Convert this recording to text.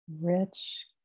rich